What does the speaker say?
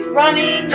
running